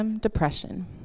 depression